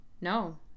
No